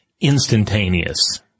instantaneous